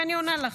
אני עונה לך.